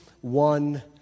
one